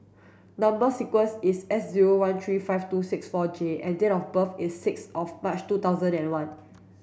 number sequence is S zero one three five two six four J and date of birth is six of March two thousand and one